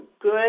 good